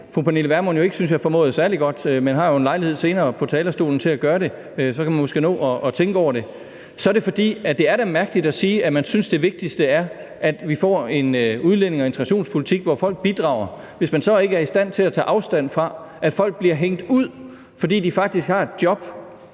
fru Pernille Vermund jo ikke synes jeg formåede særlig godt – men jeg har jo en lejlighed senere på talerstolen til at gøre det, så kan man måske nå at tænke over det – er det, fordi det da er mærkeligt at sige, at man synes, det vigtigste er, at vi får en udlændinge- og integrationspolitik, hvor folk bidrager, hvis man så ikke er i stand til at tage afstand fra, at folk bliver hængt ud, fordi de faktisk har et job,